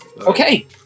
Okay